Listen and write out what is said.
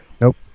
Nope